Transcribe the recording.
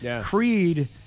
Creed